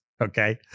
okay